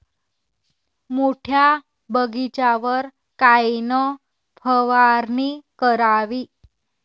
मोठ्या बगीचावर कायन फवारनी करावी?